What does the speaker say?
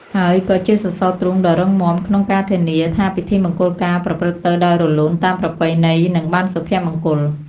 ហើយក៏ជាសសរទ្រូងដ៏រឹងមាំក្នុងការធានាថាពិធីមង្គលការប្រព្រឹត្តទៅដោយរលូនតាមប្រពៃណី និងបានសុភមង្គល។